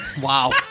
Wow